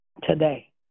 today